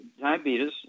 diabetes